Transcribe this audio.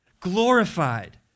glorified